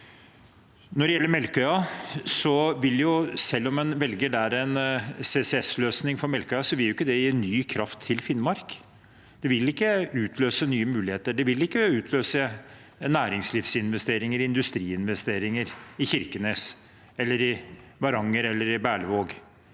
Selv om man velger en CCS-løsning for Melkøya, vil ikke det gi ny kraft til Finnmark. Det vil ikke utløse nye muligheter. Det vil ikke utløse næringslivsinvesteringer, industriinvesteringer i Kirkenes, Varanger eller Berlevåg.